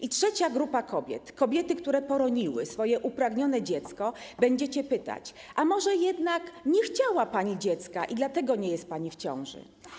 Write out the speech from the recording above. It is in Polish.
I trzecia grupa kobiet - kobiety, które poroniły swoje upragnione dziecko, będziecie pytać: A może jednak nie chciała pani dziecka i dlatego nie jest pani w ciąży?